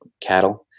cattle